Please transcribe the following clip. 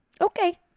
Okay